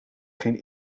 geen